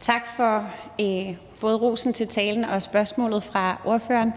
Tak for både rosen til talen og spørgsmålet fra ordføreren.